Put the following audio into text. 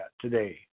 today